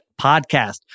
podcast